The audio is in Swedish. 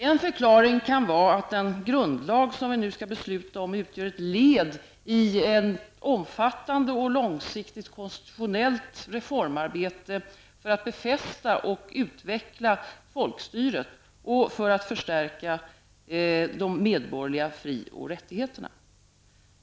En förklaring kan vara att den grundlag som vi nu skall besluta om utgör ett led i ett omfattande och långsiktigt konstitutionellt reformarbete för att befästa och utveckla folkstyret och för att förstärka de medborgerliga fri och rättigheterna.